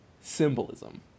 symbolism